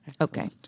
Okay